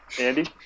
Andy